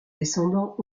descendants